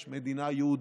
שכאן יש מדינה יהודית,